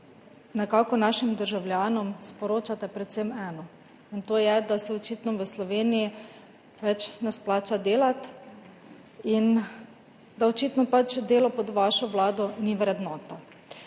nekako našim državljanom sporočate predvsem eno, in to je, da se očitno v Sloveniji več ne splača delati in da očitno delo pod vašo vlado ni vrednota.